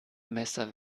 messer